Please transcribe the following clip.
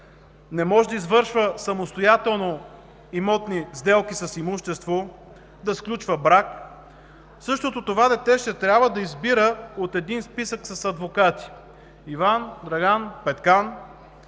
не може да извършва самостоятелно имотни сделки с имущество, да сключва брак, същото това дете ще трябва да избира от един списък с адвокати – Иван, Драган, Петкан